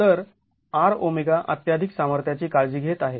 तर RΩ अत्त्याधिक सामर्थ्याची काळजी घेत आहे